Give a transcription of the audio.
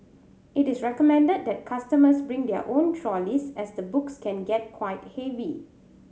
it is recommended that customers bring their own trolleys as the books can get quite heavy